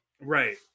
right